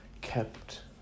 kept